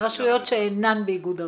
רשויות שאינן באיגוד ערים,